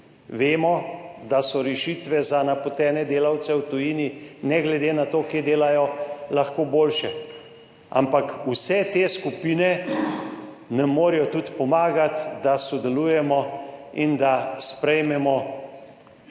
Vemo, da so rešitve za napotene delavce v tujini ne glede na to, kje delajo, lahko boljše, ampak vse te skupine nam morajo tudi pomagati, da sodelujemo in da sprejmemo